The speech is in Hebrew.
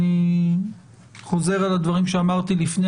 אני חוזר על הדברים שאמרתי לפני